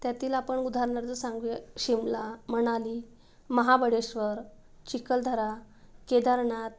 त्यातील आपण उदाहरणार्थ सांगू या शिमला मनाली महाबळेश्वर चिखलदरा केदारनाथ